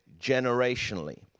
generationally